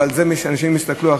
ושאנשים יסתכלו,